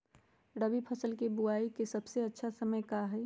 रबी फसल के बुआई के सबसे अच्छा समय का हई?